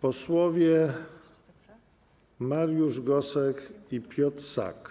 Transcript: Posłowie Mariusz Gosek i Piotr Sak